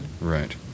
Right